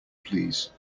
please